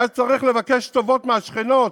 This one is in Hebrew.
היה צריך לבקש טובות מהשכנות